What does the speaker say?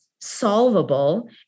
solvable